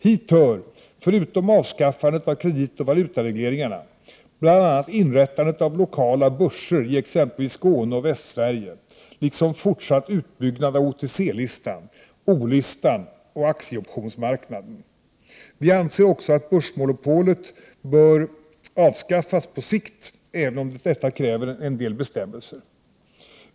Hit hör — förutom avskaffandet av kreditoch valutaregleringarna — bl.a. inrättandet av lokala börser i exempelvis Skåne och Västsverige, liksom fortsatt utbyggnad av OTC-listan, O-listan och aktieoptionsmarknaden. Vi anser att börsmonopolet bör avskaffas på sikt, även om detta kräver en del bestämmelser.